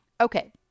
Okay